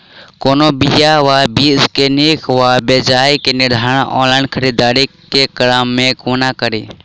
कोनों बीया वा बीज केँ नीक वा बेजाय केँ निर्धारण ऑनलाइन खरीददारी केँ क्रम मे कोना कड़ी?